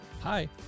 Hi